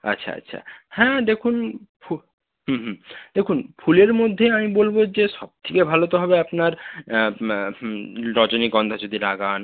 আচ্ছা আচ্ছা হ্যাঁ দেখুন ফু হুম হুম দেখুন ফুলের মধ্যে আমি বলব যে সব থেকে ভালো তো হবে আপনার রজনীগন্ধা যদি লাগান